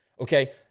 okay